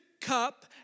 cup